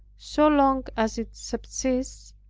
so long as it subsists,